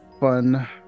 fun